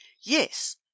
yes